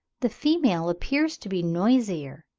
the female appears to be noisier,